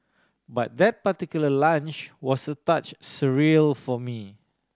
but that particular lunch was a touch surreal for me